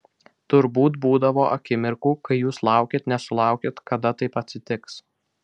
turbūt būdavo akimirkų kai jūs laukėt nesulaukėt kada taip atsitiks